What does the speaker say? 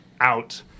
out